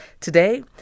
Today